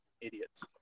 idiots